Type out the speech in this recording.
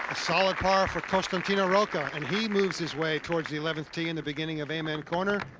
ah solid par for consintino rocca and he moves his way towards eleventh tee in the beginning of amen corner.